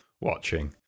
watching